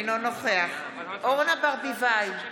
אינו נוכח אורנה ברביבאי,